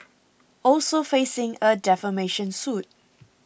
also facing a defamation suit